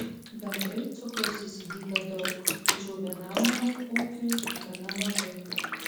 bendrai cukraus įsigyta daug tačiau vienam namų ūkiui gana mažai